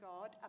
God